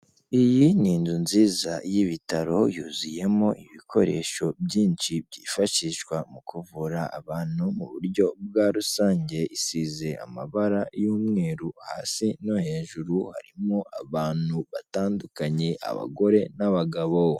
Iyi ni inzu nziza y'ibitaro, yuzuyemo ibikoresho byinshi byifashishwa mu kuvura abantu mu buryo bwa rusange, isize amabara y'umweru hasi no hejuru, harimo abantu batandukanye abagore n'abagabo.